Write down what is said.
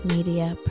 Media